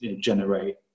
generate